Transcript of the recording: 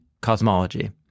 Cosmology